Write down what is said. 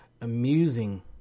amusing